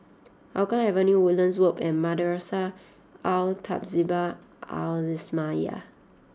Hougang Avenue Woodlands Loop and Madrasah Al Tahzibiah Al Islamiah